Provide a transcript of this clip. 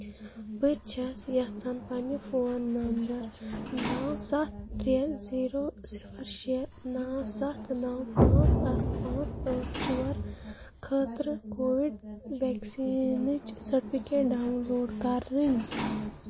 بہٕ چھَس یَژھان پنٕنہِ فون نمبر نَو سَتھ ترٛےٚ زیٖرَو صِفر شےٚ نَو سَتھ نَو پانٛژھ اَکھ پانٛژھ ٲٹھ ژور خٲطرٕ کووِڑ ویکسیٖنچ سرٹیفکیٹ ڈاؤن لوڈ کَرٕنۍ